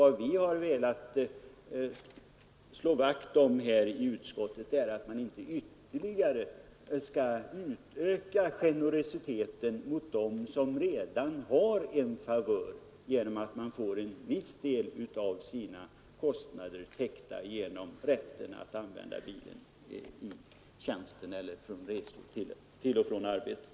Vad vi har velat slå vakt om i utskottet är att generositeten inte ytterligare skall utökas gentemot dem som redan har en favör genom att få en viss del av sina kostnader täckta på grund av rätten att använda bilen i tjänsten eller för resor till och från arbetet.